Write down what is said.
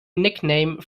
nickname